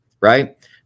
right